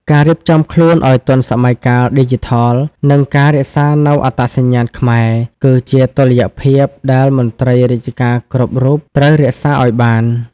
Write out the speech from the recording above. ការរៀបចំខ្លួនឱ្យទាន់សម័យកាលឌីជីថល និងការរក្សានូវអត្តសញ្ញាណខ្មែរ គឺជាតុល្យភាពដែលមន្ត្រីរាជការគ្រប់រូបត្រូវរក្សាឱ្យបាន។